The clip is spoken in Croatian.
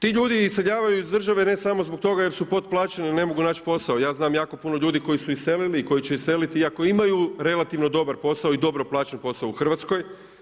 Ti ljudi iseljavaju iz države ne samo zbog toga jer su potplaćeni ili ne mogu naći posao, ja znam jako puno ljudi koji su iselili i koji će iseliti iako imaju relativno dobar posao i dobro plaćen posao u Hrvatskoj.